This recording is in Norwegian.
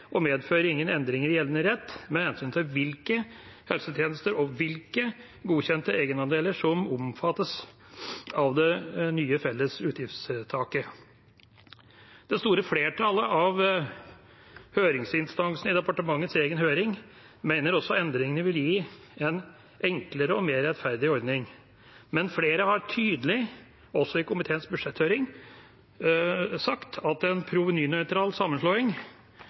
ikke medfører noen endringer i gjeldende rett med hensyn til hvilke helsetjenester og hvilke godkjente egenandeler som omfattes av det nye, felles utgiftstaket. Det store flertallet av høringsinstansene i departementets egen høring mener også endringene vil gi en enklere og mer rettferdig ordning, men flere har tydelig, også i komiteens budsjetthøring, sagt at en provenynøytral sammenslåing